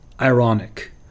ironic